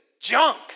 junk